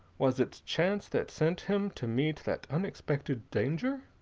was it chance that sent him to meet that unexpected danger?